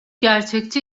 gerçekçi